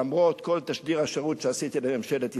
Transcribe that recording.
למרות כל תשדיר השירות שעשיתי לממשלת ישראל.